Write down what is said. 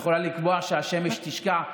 את ההתמחות בבתי חולים בפריפריה.